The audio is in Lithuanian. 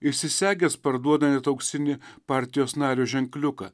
išsisegęs parduodant auksinį partijos nario ženkliuką